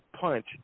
punch